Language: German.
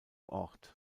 ort